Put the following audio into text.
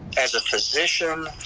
as a physician.